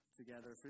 together